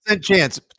chance